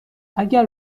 اگر